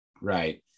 Right